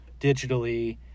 digitally